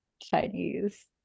Chinese